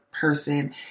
person